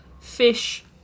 fish